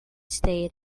stayed